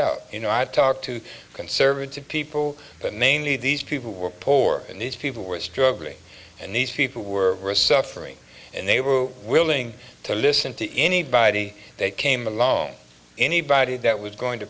out you know i've talked to conservative people but mainly these people were poor and these people were struggling and these people were suffering and they were willing to listen to anybody they came along anybody that was going to